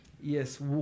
Yes